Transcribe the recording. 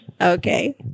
Okay